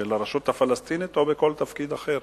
של הרשות הפלסטינית או בכל תפקיד אחר.